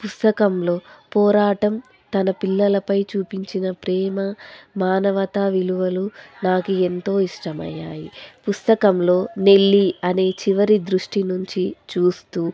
పుస్తకంలో పోరాటం తన పిల్లలపై చూపించిన ప్రేమ మానవత విలువలు నాకు ఎంతో ఇష్టమయ్యాయి పుస్తకంలో నెల్లి అనే చివరి దృష్టి నుంచి చూస్తూ